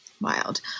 wild